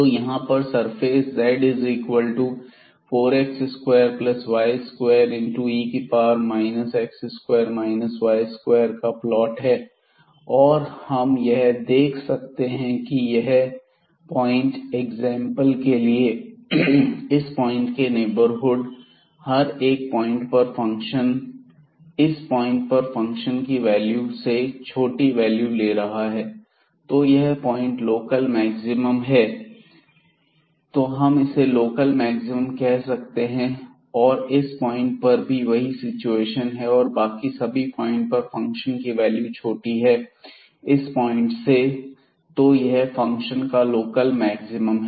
तो यहां पर सरफेस z4x2y2e x2 4y2 का प्लॉट है और हम यह देख सकते हैं कि यह पॉइंट एग्जांपल के लिए इस पॉइंट के नेबरहुड हर एक पॉइंट पर फंक्शन इस पॉइंट पर वैल्यू से छोटी वैल्यू ले रहा है तो यह पॉइंट लोकल मैक्सिमम है तो हम इसे लोकल मैक्सिमम कह सकते हैं और इस पॉइंट पर भी वही सिचुएशन है और बाकी सभी पॉइंट पर फंक्शन की वैल्यू छोटी है इस पॉइंट से तो यह इस फंक्शन का लोकल मैक्सिमम है